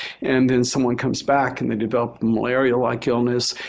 and when someone comes back and they developed malaria-like illness.